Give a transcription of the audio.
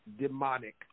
demonic